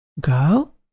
Girl